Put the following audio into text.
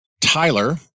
Tyler